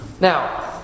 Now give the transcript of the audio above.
now